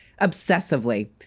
obsessively